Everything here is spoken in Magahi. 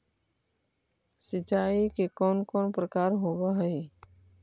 सिंचाई के कौन कौन प्रकार होव हइ?